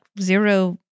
zero